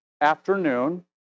afternoon